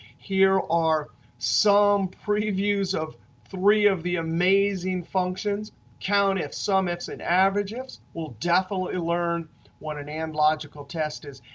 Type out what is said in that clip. here are some previews of three of the amazing functions countifs, sumifs and averageifs. we'll definitely learn what an and logical test is.